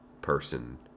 person